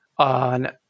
on